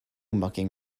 mucking